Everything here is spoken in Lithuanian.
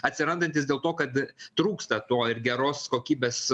atsirandantys dėl to kad trūksta to ir geros kokybės